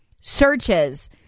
searches